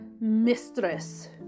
Mistress